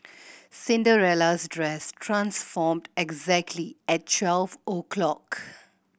Cinderella's dress transformed exactly at twelve o'clock